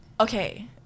okay